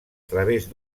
través